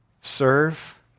serve